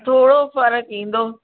थोरो फ़र्क़ु ईंदो